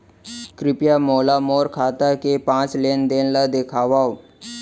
कृपया मोला मोर खाता के पाँच लेन देन ला देखवाव